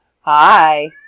Hi